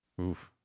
Oof